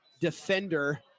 defender